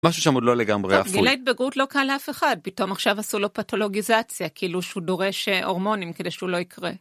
משהו שם עוד לא לגמרי אפוי טוב גיל ההתבגרות לא קל לאף אחד פתאום עכשיו עשו לו פתולוגיזציה כאילו שהוא דורש הורמונים כדי שהוא לא יקרה.